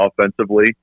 offensively